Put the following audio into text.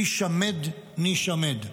הישמד נישמד.